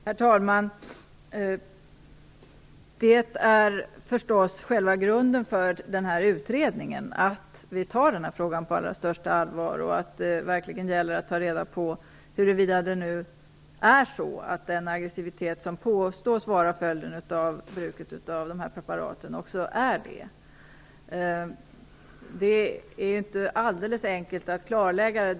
Herr talman! Själva grunden för den här utredningen är förstås att vi tar frågan på allra största allvar och att det verkligen gäller att ta reda på huruvida det nu är så att den aggressivitet som påstås vara följden av bruk av dessa preparat också är det. Det är inte alldeles enkelt att klarlägga detta.